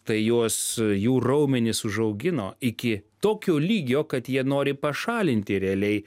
tai juos jų raumenis užaugino iki tokio lygio kad jie nori pašalinti realiai